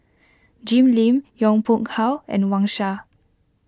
Jim Lim Yong Pung How and Wang Sha